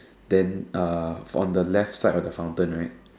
then uh on the left side of the fountain right